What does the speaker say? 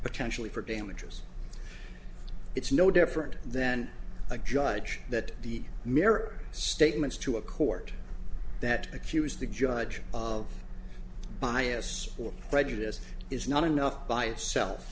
potentially for damages it's no different then a judge that the mere statements to a court that accuse the judge of bias or prejudice is not enough by itself